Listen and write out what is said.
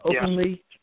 openly